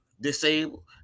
disabled